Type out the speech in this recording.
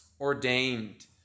ordained